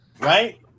right